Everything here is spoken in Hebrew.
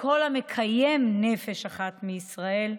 וכל המקיים נפש אחת מישראל,